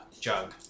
jug